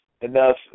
enough